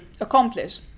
accomplish